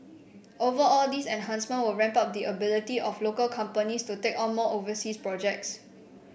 overall these enhancements will ramp up the ability of local companies to take on more overseas projects